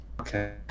okay